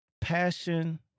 passion